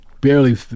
barely